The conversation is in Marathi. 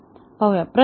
चला पाहूया